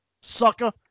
sucker